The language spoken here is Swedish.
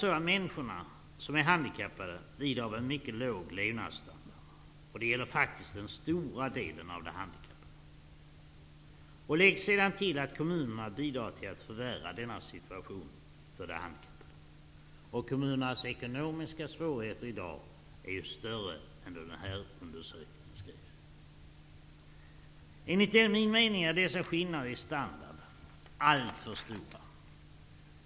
De handikappade lider alltså av att ha en mycket låg levnadsstandard. Det gäller faktiskt en stor del av de handikappade. Lägg se dan till att kommunerna bidrar till att förvärra denna situation för de handikappade, och kom munernas ekonomiska svårigheter är i dag större än när den här undersökningen gjordes. Enligt min mening är dessa skillnader i stan dard alltför stora.